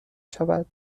شود